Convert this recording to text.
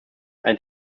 ein